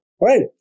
right